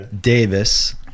Davis